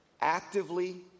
actively